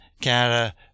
Canada